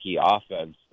offense